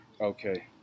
Okay